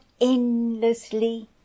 endlessly